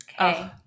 Okay